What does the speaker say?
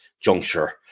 juncture